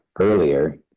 earlier